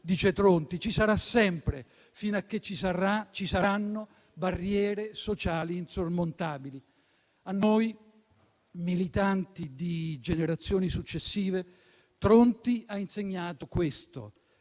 dice Tronti - e ci sarà sempre, fino a che ci saranno barriere sociali insormontabili. A noi, militanti di generazioni successive, Tronti ha insegnato questo: